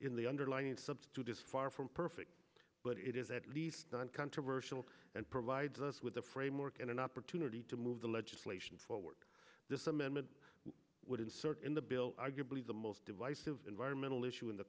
in the underlining substitute is far from perfect but it is at least non controversial and provides us with a framework and an opportunity to move the legislation forward this amendment would insert in the bill arguably the most divisive environmental issue in the